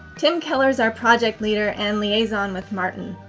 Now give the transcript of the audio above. tim keller's our project leader and liaison with martin.